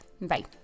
Bye